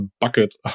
Bucket